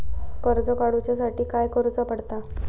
कर्ज काडूच्या साठी काय करुचा पडता?